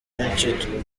benshi